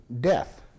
death